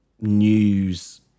news